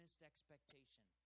expectation